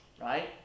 Right